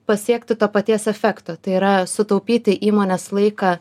pasiekti to paties efekto tai yra sutaupyti įmonės laiką